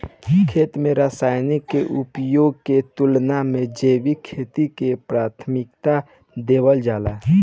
खेती में रसायनों के उपयोग के तुलना में जैविक खेती के प्राथमिकता देवल जाला